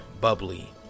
bubbly